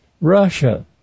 Russia